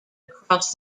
across